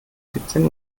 siebzehn